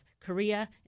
Korea